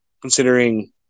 considering